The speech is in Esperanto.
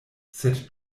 sed